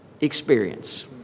experience